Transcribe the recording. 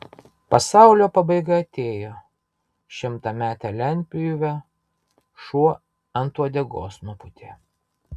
pasaulio pabaiga atėjo šimtametę lentpjūvę šuo ant uodegos nupūtė